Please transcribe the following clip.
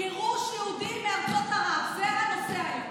גירוש יהודים מארצות ערב, זה הנושא היום.